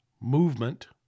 movement